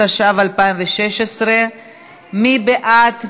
התשע"ו 2016. מי בעד?